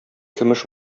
көмеш